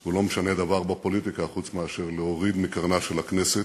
הוא לא משנה דבר בפוליטיקה חוץ מאשר להוריד את קרנה של הכנסת,